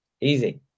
Easy